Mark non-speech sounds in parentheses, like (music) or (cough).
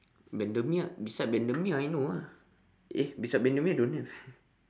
bendemeer beside bendemeer I know ah eh beside bendemeer don't have (laughs)